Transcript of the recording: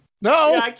No